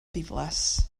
ddiflas